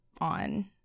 on